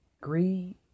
greed